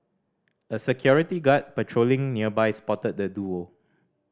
a security guard patrolling nearby spotted the duo